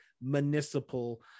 municipal